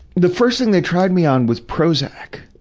the first thing they tried me on was prozac.